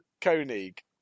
Koenig